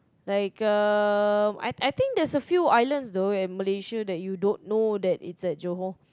like um I I think there's a few islands though in Malaysia that you don't know that it's at Johor